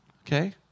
Okay